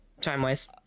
Time-wise